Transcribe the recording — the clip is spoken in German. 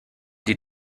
die